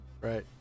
right